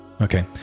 Okay